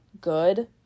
good